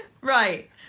right